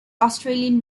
australian